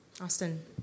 Austin